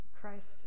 Christ